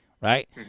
Right